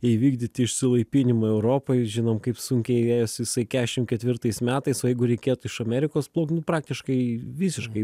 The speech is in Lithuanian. įvykdyti išsilaipinimą europoj žinom kaip sunkiai ėjęs jisai kešim ketvirtais metais o jeigu reikėtų iš amerikos plaukt nu praktiškai visiškai